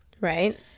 Right